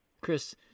Chris